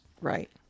right